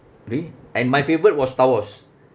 re and my favourite was star wars